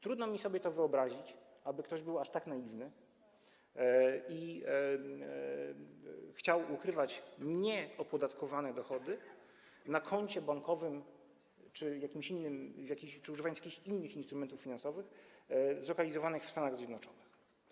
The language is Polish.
Trudno mi sobie to wyobrazić, aby ktoś był aż tak naiwny i chciał ukrywać nieopodatkowane dochody na koncie bankowym czy jakimś innym czy przy użyciu jakichś innych instrumentów finansowych zlokalizowanych w Stanach Zjednoczonych.